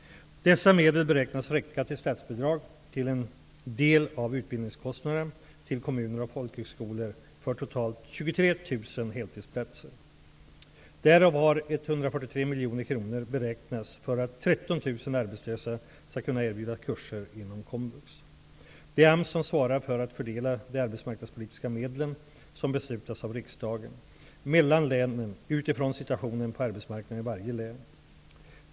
Dessa medel beräknas räcka till statsbidrag, till en del av utbildningskostnaden, till kommuner och folkhögskolor för totalt 23 000 heltidsplatser. Det är AMS som svarar för att fördela de arbetsmarknadspolitiska medlen, som beslutas av riksdagen, mellan länen utifrån situationen på arbetsmarknaden i varje län.